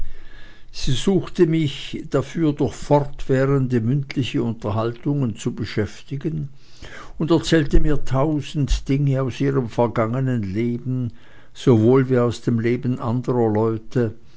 sie suchte mich dafür durch fortwährende mündliche unterhaltungen zu beschäftigen und erzählte mir tausend dinge aus ihrem vergangenen leben sowohl wie aus dem leben anderer leute